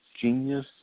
genius